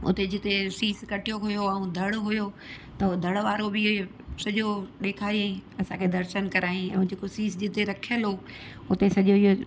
उते जिते सीस कटियो हुयो ऐं धड़ हुओ त उहो धड़ वारो बि सॼो ॾेखायईं असांखे दर्शन करायईं ऐं जेको सीस जिते रखियल हुओ उते सॼो इहो